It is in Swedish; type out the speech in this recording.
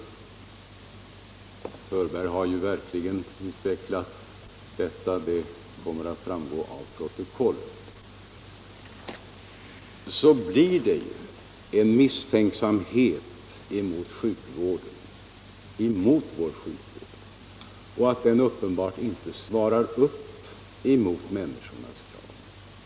Herr Hörberg har ju verkligen utvecklat detta — det kommer att framgå av protokollet. Ni måste vara på det klara med att det kan uppfattas som en misstänksamhet emot vår sjukvård — att den inte skulle motsvara människornas krav och behov.